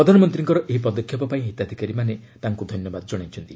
ପ୍ରଧାନମନ୍ତ୍ରୀଙ୍କର ଏହି ପଦକ୍ଷେପ ପାଇଁ ହିତାଧିକାରୀମାନେ ତାଙ୍କୁ ଧନ୍ୟବାଦ ଜଣାଇଛନ୍ତି